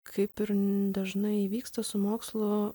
kaip ir dažnai įvyksta su mokslu